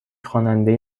خواننده